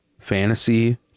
fantasy